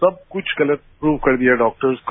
सब कुछ गलत प्रफ कर दिया डाक्टर्स को